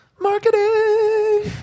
Marketing